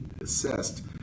assessed